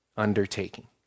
undertaking